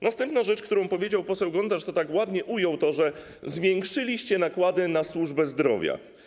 Następna rzecz, którą powiedział poseł Gontarz, to - tak ładnie to ujął - że zwiększyliście nakłady na służbę zdrowia.